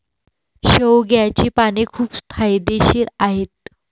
शेवग्याची पाने खूप फायदेशीर आहेत